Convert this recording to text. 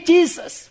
Jesus